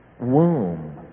womb